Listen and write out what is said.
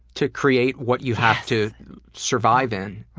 to create what you have to survive in,